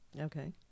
Okay